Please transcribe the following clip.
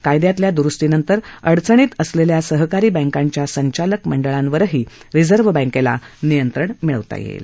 कायद्यातल्या द्रुस्तीनंतर अडचणीत असलेल्या सहकारी बँकेच्या संचालक मंडळावरही रिझर्व्ह बँकेला नियंत्रण मिळवता येईल